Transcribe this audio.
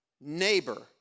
neighbor